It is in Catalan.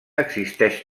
existeix